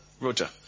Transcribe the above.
Roger